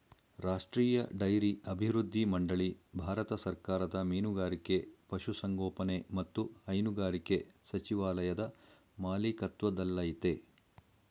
ರಾಷ್ಟ್ರೀಯ ಡೈರಿ ಅಭಿವೃದ್ಧಿ ಮಂಡಳಿ ಭಾರತ ಸರ್ಕಾರದ ಮೀನುಗಾರಿಕೆ ಪಶುಸಂಗೋಪನೆ ಮತ್ತು ಹೈನುಗಾರಿಕೆ ಸಚಿವಾಲಯದ ಮಾಲಿಕತ್ವದಲ್ಲಯ್ತೆ